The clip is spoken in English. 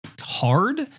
hard